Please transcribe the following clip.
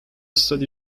study